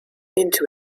into